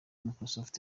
microsoft